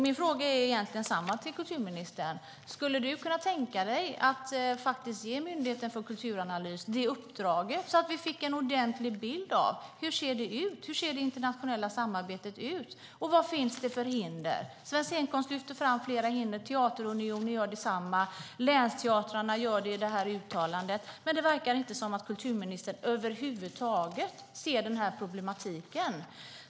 Min fråga till kulturministern är egentligen densamma: Skulle du kunna tänka dig att ge Myndigheten för kulturanalys det uppdraget, så att vi fick en ordentlig bild av hur det ser ut, hur det internationella samarbetet ser ut och vilka hinder det finns. Svensk Scenkonst lyfter fram flera hinder, och Teaterunionen gör detsamma. Länsteatrarna gör det också i det här uttalandet. Men det verkar inte som om kulturministern över huvud taget ser den problematiken.